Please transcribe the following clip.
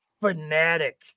fanatic